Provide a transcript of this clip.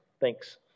thanks